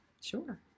Sure